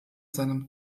seinem